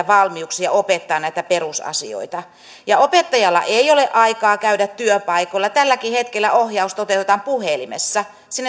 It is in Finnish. valmiuksia opettaa näitä perusasioita opettajalla ei ole aikaa käydä työpaikoilla tälläkin hetkellä ohjaus toteutetaan puhelimessa